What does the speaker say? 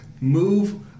move